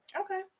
Okay